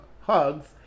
hugs